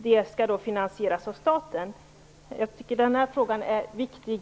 Det skall finansieras hos staten. Jag tycker att denna fråga är viktig.